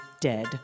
dead